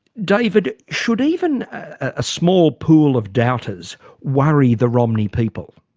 david should even a small pool of doubters worry the romney people?